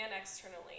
externally